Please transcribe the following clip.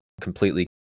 completely